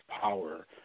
power